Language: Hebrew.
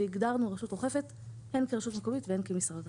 והגדרנו רשות אוכפת הן כרשות מקומית והן כמשרד התחבורה.